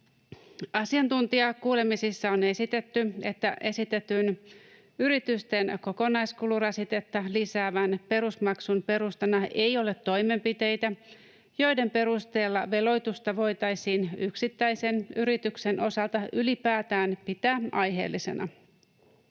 Asiantuntijakuulemisissa on esitetty, että esitetyn yritysten kokonaiskulurasitetta lisäävän perusmaksun perustana ei ole toimenpiteitä, joiden perusteella veloitusta voitaisiin yksittäisen yrityksen osalta ylipäätään pitää aiheellisena.